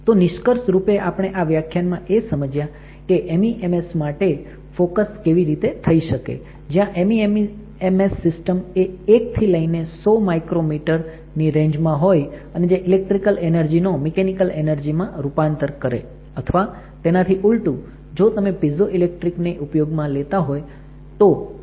તો નિષ્કર્ષ રૂપે આપણે આ વ્યાખ્યાન માં એ સમજ્યા કે MEMS માટે ફોકસ કેવી રીતે થઈ શકે જ્યાં MEMS સિસ્ટમ એ 1 થી લઈને 100 માઈક્રોમીટર ની રેન્જ માં હોય અને જે ઇલેક્ટ્રિકલ ઍનર્જી નો મિકૅનિકલ ઍનર્જી માં રૂપાંતર કરે અથવા તેનાથી ઊલટું જો તમે પીઝો ઇલેક્ટ્રિક ને ઉપયોગ માં લેતા હોય તો